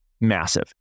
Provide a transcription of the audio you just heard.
massive